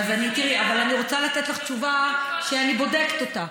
תראי, אבל אני רוצה לתת לך תשובה שאני בודקת אותה.